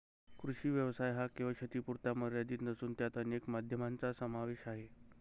कृषी व्यवसाय हा केवळ शेतीपुरता मर्यादित नसून त्यात अनेक माध्यमांचा समावेश आहे